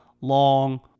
long